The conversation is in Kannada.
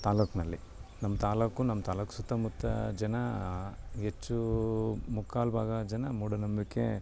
ತಾಲ್ಲೂಕಿನಲ್ಲಿ ನಮ್ಮ ತಾಲ್ಲೂಕು ನಮ್ಮ ತಾಲ್ಲೂಕು ಸುತ್ತಮುತ್ತ ಜನ ಹೆಚ್ಚು ಮುಕ್ಕಾಲು ಭಾಗ ಜನ ಮೂಢನಂಬಿಕೆ